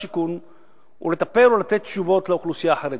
הוא לטפל ולתת תשובות לאוכלוסייה החרדית.